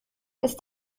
ist